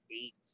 eight